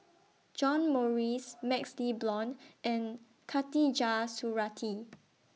John Morrice MaxLe Blond and Khatijah Surattee